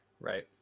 Right